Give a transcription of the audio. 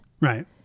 Right